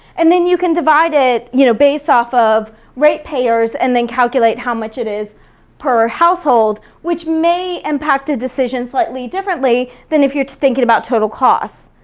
and then you can divide it you know based off of ratepayers and then calculate how much it is per household, which may impact a decision slightly differently than if you're thinking about total costs.